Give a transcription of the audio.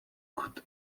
good